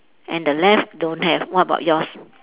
and the left don't have what about yours